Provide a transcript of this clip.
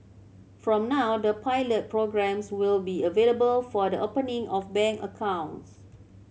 from now the pilot programmes will be available for the opening of bank accounts